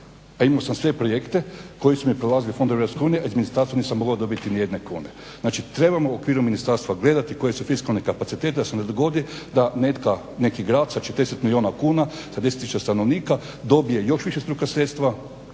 A imao sam sve projekte koji su mi prolazili u Fondu EU, a iz ministarstva nisam mogao dobiti nijedne kune. Znači, trebamo u okviru ministarstva gledati koji su fiskalni kapaciteti da se ne dogodi da neki grad sa 40 milijuna kuna sa 10 tisuća stanovnika dobije još višestruka sredstva,